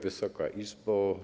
Wysoka Izbo!